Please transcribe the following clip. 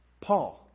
Paul